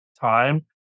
time